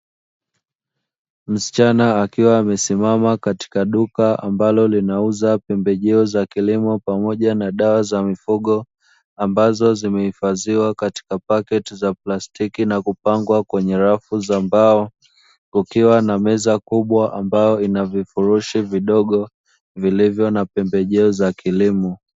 Msichana akiwa amesimama katika duka ambalo linauza pembejeo za kilimo pamoja na dawa za mifugo, ambazo zimehifadhiwa katika pakti za plastiki na kupangwa kwenye rafu za mbao kukiwa na meza kubwa ambayo ina vifurushi vidogo vilivyo na pembejeo za kilimo.